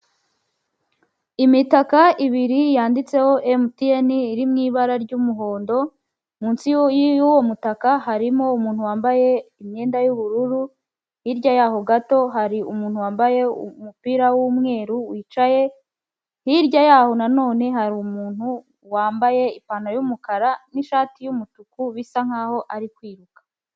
Imitaka ibiri yanditseho Emutiyeni iri mu ibara ry'umuhondo, munsi y'uwo mutaka harimo umuntu wambaye imyenda y'ubururu. Hirya yaho gato hari umuntu wambaye umupira w'umweru wicaye. Hirya yaho nanone hari umuntu wambaye ipantaro y'umukara n'ishati y'umutuku bisa nkaho ari kwiruka.